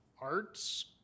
Arts